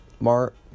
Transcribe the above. Mark